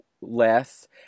less